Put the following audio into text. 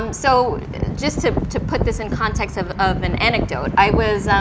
um so just to to put this in context of of an anecdote, i was,